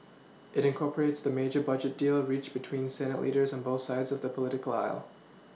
it incorporates the major budget deal reached between Senate leaders on both sides of the political aisle